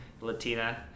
Latina